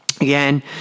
Again